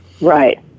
Right